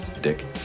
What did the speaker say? Dick